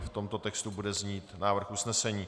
V tomto textu bude znít návrh usnesení.